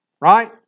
Right